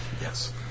Yes